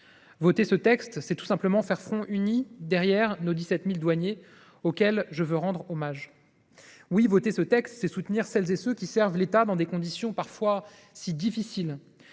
votant ce texte, nous faisons tout simplement front uni derrière nos 17 000 douaniers, auxquels je veux rendre hommage. Voter ce texte, c’est soutenir celles et ceux qui servent l’État dans des conditions parfois difficiles.